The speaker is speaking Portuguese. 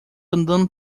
andando